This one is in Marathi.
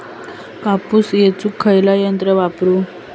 कापूस येचुक खयला यंत्र वापरू?